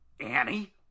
annie